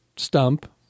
stump